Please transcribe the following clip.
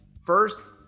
first